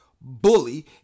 bully